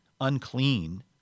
unclean